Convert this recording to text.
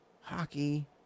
hockey